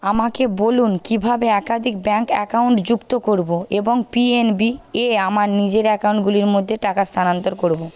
আমাকে বলুন কিভাবে একাধিক ব্যাঙ্ক অ্যাকাউন্ট যুক্ত করব এবং পিএনবি এ আমার নিজের অ্যাকাউন্টগুলির মধ্যে টাকা স্থানান্তর করব